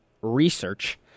research